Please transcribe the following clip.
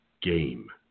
game